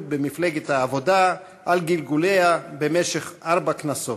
במפלגת העבודה על גלגוליה במשך ארבע כנסות,